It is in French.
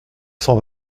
cent